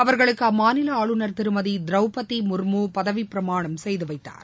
அவர்களுக்கு அம்மாநில ஆளுநர் திருமதி த்ரௌபதி முர்மு பதவிப்பிரமாணம் செய்து வைத்தார்